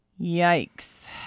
Yikes